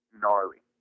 gnarly